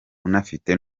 unafite